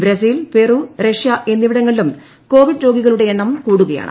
Brazil Peru Russia എന്നിവിടങ്ങളിലും Covid രോഗികളുടെ എണ്ണം കൂടുകയാണ്